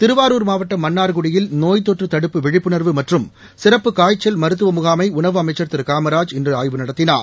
திருவாரூர் மாவட்டம் மன்னா்குடியில் நோய் தொற்று தடுப்பு விழிப்புணா்வு மற்றும் சிறப்பு காய்ச்சல் மருத்துவ முகாமை உணவு அமைச்சர் திரு காமராஜ் இன்று ஆய்வு நடத்தினார்